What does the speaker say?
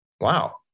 Wow